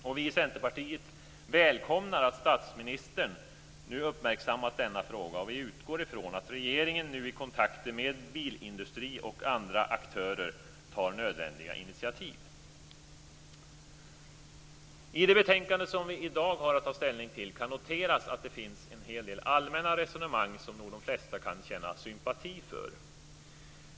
Vi i Centerpartiet välkomnar att statsministern nu uppmärksammat denna fråga, och vi utgår från att regeringen nu i kontakter med bilindustri och andra aktörer tar nödvändiga initiativ. I det betänkande som vi i dag har att ta ställning till kan noteras att det finns en hel del allmänna resonemang som nog de flesta kan känna sympati för.